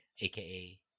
aka